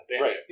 Right